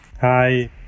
Hi